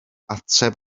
ateb